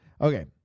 Okay